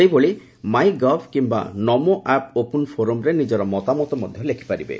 ସେହିଭଳି MyGov କିୟା NaMo app open ଫୋରମ୍ରେ ନିଜର ମତାମତ ମଧ୍ୟ ଲେଖିପାରିବେ